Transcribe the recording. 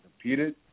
competed